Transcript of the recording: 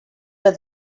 but